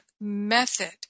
method